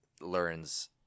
learns